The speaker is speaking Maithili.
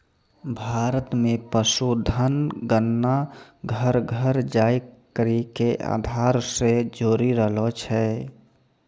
भारत मे पशुधन गणना घर घर जाय करि के आधार से जोरी रहलो छै